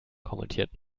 kommentiert